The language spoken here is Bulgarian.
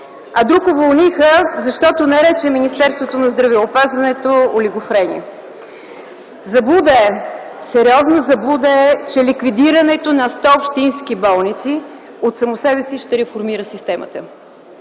а друг уволниха, защото нарече Министерството на здравеопазването „олигофрения”! Заблуда е, сериозна заблуда е, че ликвидирането на 100 общински болници от само себе си ще реформира системата.